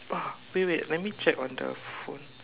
oh wait wait let me check on the phone